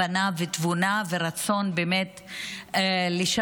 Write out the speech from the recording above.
הבנה, תבונה ורצון באמת לשנות.